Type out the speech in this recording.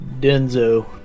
Denzo